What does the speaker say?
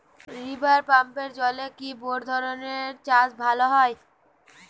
River পাম্পের জলে কি বোর ধানের চাষ ভালো হয়?